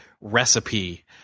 recipe